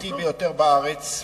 הבטיחותי ביותר בארץ,